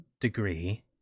degree